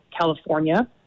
California